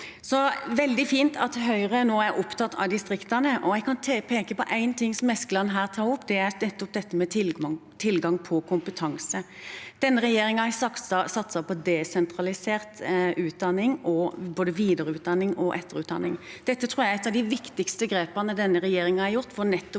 Det er veldig fint at Høyre nå er opptatt av distriktene, og jeg vil peke på en ting som Eskeland tar opp i den forbindelse, det med tilgang på kompetanse. Denne regjeringen satser på desentralisert utdanning, både videreutdanning og etterutdanning. Det tror jeg er et av de viktigste grepene denne regjeringen har gjort